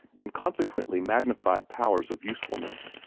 and consequently magnified powers of usefulness,